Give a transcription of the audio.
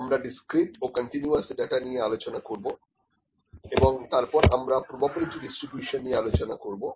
আমরা ডিসক্রিট ও continuous data নিয়ে আলোচনা করবো এবং তারপর আমরা প্রোবাবিলিটি ডিস্ট্রিবিউশন নিয়ে আলোচনা করবো